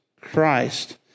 Christ